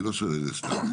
אני לא שואל את זה סתם.